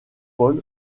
paul